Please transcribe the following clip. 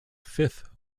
fifth